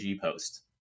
post